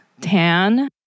tan